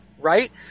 right